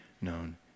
known